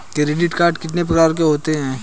Credit card कितने प्रकार के होते हैं?